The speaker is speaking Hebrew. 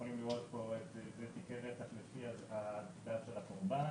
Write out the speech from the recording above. אתם יכולים לראות פה תיקי רצח לפי --- של הקורבן.